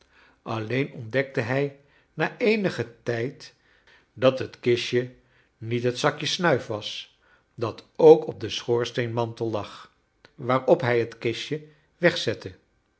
alleen ontdekte hij na eenigen tijd dat het kistje niet het zakje snuif was dat ook op den schoorsteenmantel lag waarop hij het kistje